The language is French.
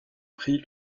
prix